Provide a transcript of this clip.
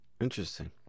Interesting